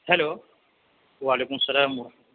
hello وعلیکم السّلام و رحم